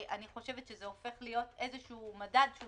אני חושבת שזה הופך להיות איזשהו מדד שהוא